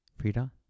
Frida